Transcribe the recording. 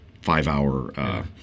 five-hour